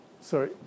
Sorry